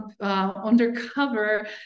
undercover